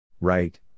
Right